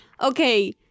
Okay